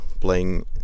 playing